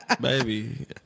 Baby